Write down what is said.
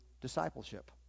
discipleship